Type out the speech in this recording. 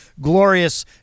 glorious